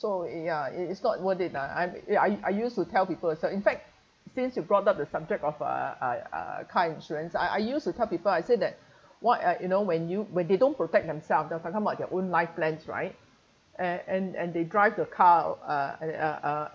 so ya it's it's not worth it lah I'm I I used to tell people so in fact since you brought up the subject of uh uh uh car insurance I I used to tell people I say that what uh you know when you where they don't protect themselves your own life plans right and and and they drive the car uh uh uh